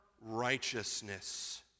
righteousness